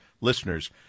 listeners